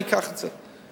אני אקח את זה,